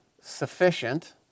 sufficient